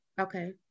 Okay